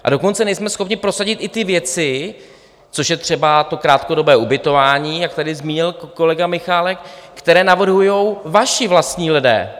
A dokonce nejsme schopni prosadit ty věci, což je třeba krátkodobé ubytování, jak tady zmínil kolega Michálek, které navrhují vaši vlastní lidé.